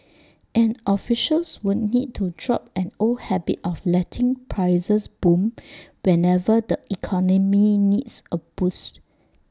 and officials would need to drop an old habit of letting prices boom whenever the economy needs A boost